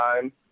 time